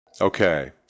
Okay